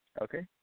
okay